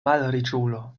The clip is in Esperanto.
malriĉulo